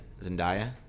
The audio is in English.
Zendaya